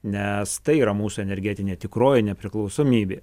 nes tai yra mūsų energetinė tikroji nepriklausomybė